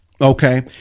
okay